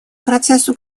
процессу